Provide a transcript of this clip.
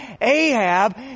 Ahab